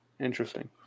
Interesting